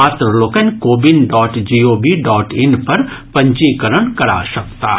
पात्र लोकनि CoWIN dot G O V dot in पर पंजीकरण करा सकताह